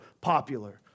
popular